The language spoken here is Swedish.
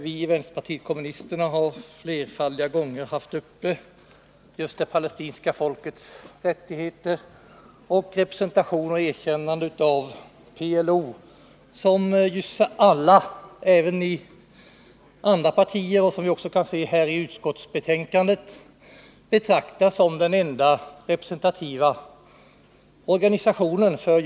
Vi i vänsterpartiet kommunisterna har flerfaldiga gånger haft uppe just det palestinska folkets rättigheter och representation samt ett erkännande av PLO, som alla partier — vilket man också kan se i utskottets betänkande — betraktar som palestiniernas enda representativa organisation.